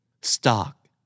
Stock